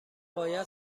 باید